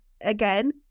again